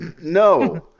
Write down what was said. No